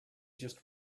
just